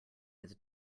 his